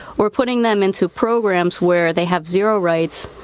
we're putting them into programs where they have zero rights,